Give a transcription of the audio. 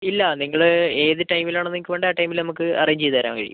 ഇല്ല നിങ്ങൾ ഏത് ടൈമിലാണോ നിങ്ങൾക്ക് വേണ്ടത് ആ ടൈമിൽ നമുക്ക് അറേഞ്ച് ചെയ്ത് തരാൻ കഴിയും